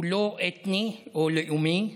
הוא לא אתני או לאומי,